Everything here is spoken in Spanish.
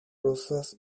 rosas